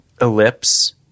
ellipse